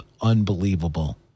unbelievable